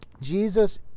Jesus